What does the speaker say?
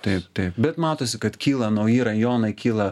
taip taip bet matosi kad kyla nauji rajonai kyla